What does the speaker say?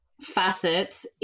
facets